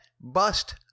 Bust